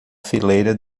fileira